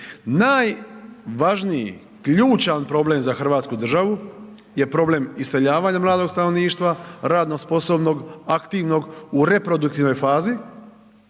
Najvažniji ključan problem za Hrvatsku državu je problem iseljavanja mladog stanovništva, radno sposobnog, aktivnog u reproduktivnoj fazi